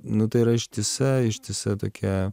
nu tai yra ištisa ištisa tokia